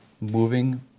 moving